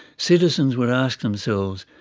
citizens would ask themselves,